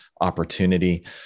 opportunity